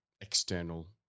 external